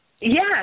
Yes